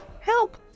help